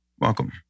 Welcome